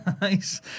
Nice